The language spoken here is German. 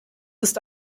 ist